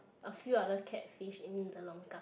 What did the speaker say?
a few other catfish in the longkang